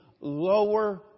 lower